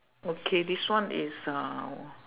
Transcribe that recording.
okay this one is uh